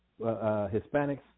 Hispanics